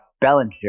Bellinger